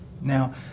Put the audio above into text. now